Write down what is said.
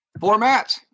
format